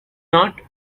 not